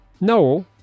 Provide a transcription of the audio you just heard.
Noel